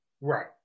Right